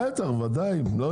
בטח וודאי.